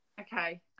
okay